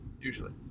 usually